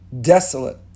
desolate